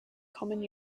common